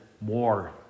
more